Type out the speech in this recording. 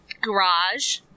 garage